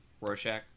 Rorschach